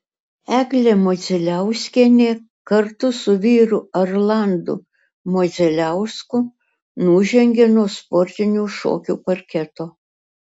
eglė modzeliauskienė kartu su vyru arlandu modzeliausku nužengė nuo sportinių šokių parketo